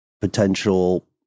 potential